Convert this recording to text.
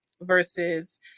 versus